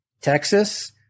Texas